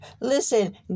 Listen